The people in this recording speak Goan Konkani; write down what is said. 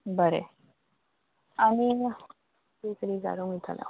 बरें आनीक कितें तरी विचारूंक वयतालें हांव